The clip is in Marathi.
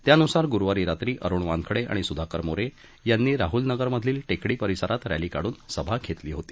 त्यानुसार गुरुवारी रात्री अरुण वानखडे आणि सुधाकर मोरे यांनी राहुल नगरमधील टेकडी परिसरात रॅली काढून सभा घेतली होती